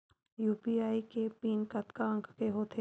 UPI के PIN कतका अंक के होथे?